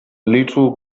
little